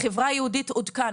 בחברה היהודית עודכן.